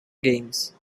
games